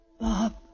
Bob